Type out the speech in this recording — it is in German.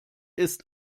ist